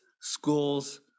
schools